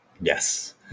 yes